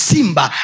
Simba